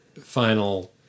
final